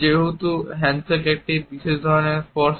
যেহেতু হ্যান্ডশেক একটি বিশেষ ধরণের স্পর্শ